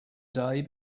day